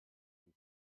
ein